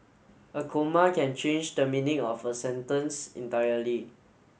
a comma can change the meaning of a sentence entirely